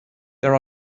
there